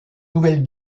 nouvelle